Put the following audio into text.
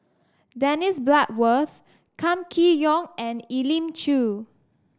Dennis Bloodworth Kam Kee Yong and Elim Chew